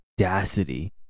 audacity